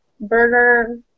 Burger